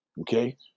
okay